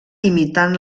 imitant